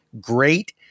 great